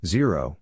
Zero